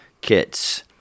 kits